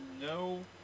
no